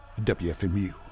WFMU